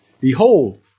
Behold